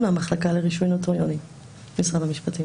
למה בכל פעם צריך לבוא גם לשר המשפטים